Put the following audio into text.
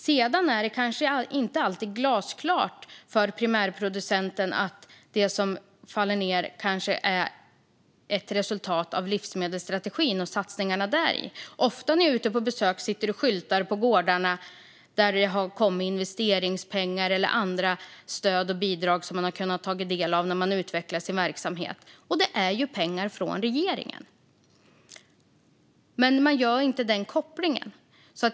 Sedan är det kanske inte alltid glasklart för primärproducenten att det som faller ned kanske är ett resultat av livsmedelsstrategin och satsningarna i den. Ofta när jag är ute på besök ser jag att det sitter skyltar på gårdar dit det har kommit investeringspengar eller andra stöd och bidrag som de har kunnat ta del av när de utvecklat sin verksamhet. Detta är ju pengar från regeringen, men människor gör inte den kopplingen.